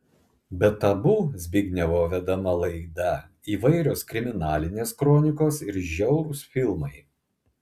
be tabu zbignevo vedama laida įvairios kriminalinės kronikos ir žiaurūs filmai